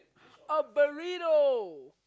a burrito